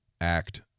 act